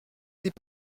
n’est